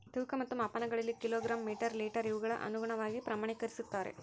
ತೂಕ ಮತ್ತು ಮಾಪನಗಳಲ್ಲಿ ಕಿಲೋ ಗ್ರಾಮ್ ಮೇಟರ್ ಲೇಟರ್ ಇವುಗಳ ಅನುಗುಣವಾಗಿ ಪ್ರಮಾಣಕರಿಸುತ್ತಾರೆ